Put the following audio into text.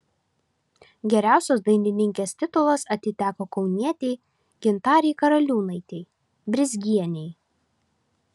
geriausios dainininkės titulas atiteko kaunietei gintarei karaliūnaitei brizgienei